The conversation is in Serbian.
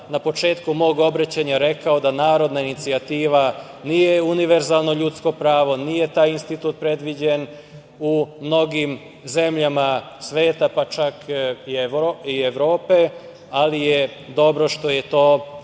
na početku mog obraćanja rekao da narodna inicijativa nije univerzalno ljudsko pravo. Nije taj institut predviđen u mnogim zemljama sveta, pa čak i Evrope, ali je dobro što je to u Srbiji